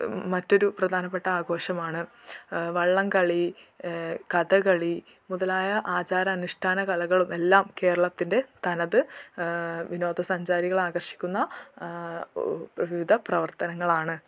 മറ്റൊരു പ്രധാനപ്പെട്ട ആഘോഷമാണ് വള്ളം കളി കഥകളി മുതലായ ആചാര അനുഷ്ഠാന കലകളും എല്ലാം കേരളത്തിൻ്റെ തനത് വിനോദ സഞ്ചാരികളെ ആകർഷിക്കുന്ന വിവിധ പ്രവർത്തനങ്ങളാണ്